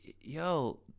yo